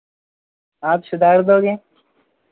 आप सुधार दोगे